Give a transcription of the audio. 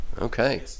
Okay